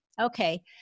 okay